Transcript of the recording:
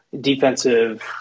defensive